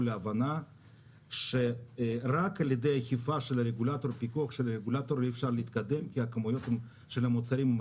להבנה שרק על ידי אכיפה של הרגולטור בחוק --- עם התשומות בשוק,